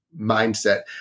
mindset